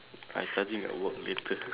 I charging at work later